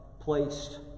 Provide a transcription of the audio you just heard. placed